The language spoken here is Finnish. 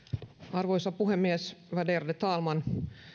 arvoisa puhemies värderade talman